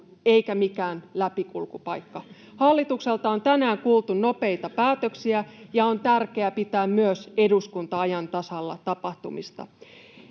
eikä mikään läpikulkupaikka. Hallitukselta on tänään kuultu nopeita päätöksiä, ja on tärkeää pitää myös eduskunta ajan tasalla tapahtumista.